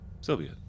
Sylvia